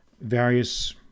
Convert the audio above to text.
various